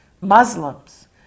Muslims